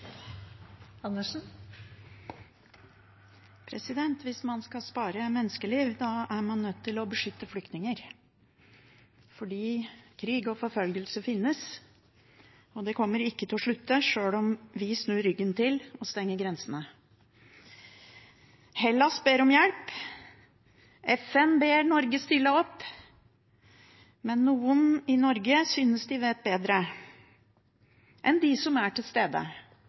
man nødt til å beskytte flyktninger. For krig og forfølgelse finnes, og det kommer ikke til å slutte sjøl om vi snur ryggen til og stenger grensene. Hellas ber om hjelp, FN ber Norge stille opp, men noen i Norge synes de vet bedre enn dem som er til stede